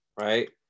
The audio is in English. right